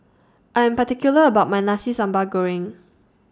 I Am particular about My Nasi Sambal Goreng